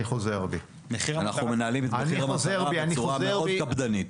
אנחנו מנהלים את מחיר המטרה בצורה מאוד קפדנית.